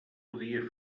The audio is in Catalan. podia